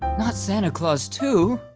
not santa claus too!